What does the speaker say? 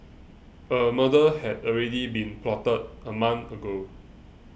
a murder had already been plotted a month ago